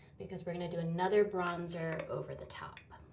because we're gonna do another bronzer over the top.